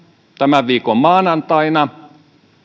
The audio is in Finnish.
tämän viikon maanantaina